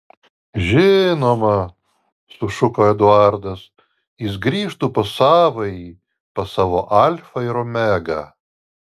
žinoma sušuko eduardas jis grįžtų pas savąjį pas savo alfą ir omegą